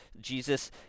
Jesus